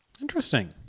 Interesting